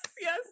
Yes